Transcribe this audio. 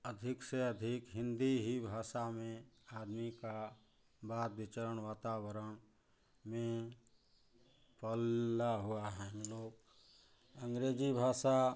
अधिक से अधिक हिन्दी ही भाषा में आदमी का बात विचरण वातावरण में पला हुआ है हमलोग अँग्रेजी भाषा